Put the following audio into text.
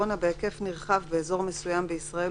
מחלת הקורונה בהיקף נרחב באזור מסוים בישראל,